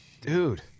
dude